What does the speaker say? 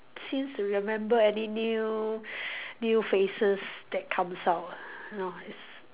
seems to remember any new new faces that comes out you know is